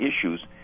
issues